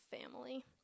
family